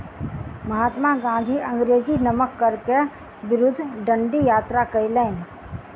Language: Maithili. महात्मा गाँधी अंग्रेजी नमक कर के विरुद्ध डंडी यात्रा कयलैन